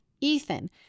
Ethan